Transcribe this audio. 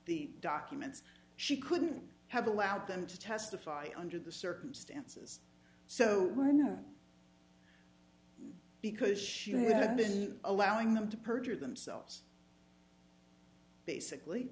the documents she couldn't have allowed them to testify under the circumstances so were not because she had been allowing them to perjure themselves basically